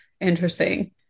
interesting